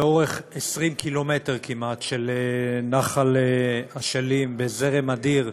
לאורך 20 ק"מ כמעט של נחל אשלים, בזרם אדיר,